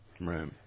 Right